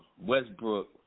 Westbrook